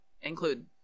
include